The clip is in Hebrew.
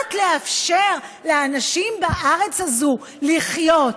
קצת לאפשר לאנשים בארץ הזאת לחיות.